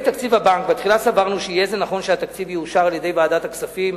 בתחילה סברנו שיהיה זה נכון שהתקציב יאושר על-ידי ועדת הכספים,